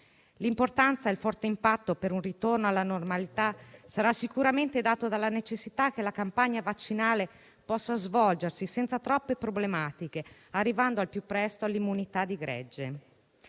importante e forte impatto per un ritorno alla normalità sarà sicuramente dato dalla necessità che la campagna vaccinale possa svolgersi senza troppe problematiche, arrivando al più presto all'immunità di gregge.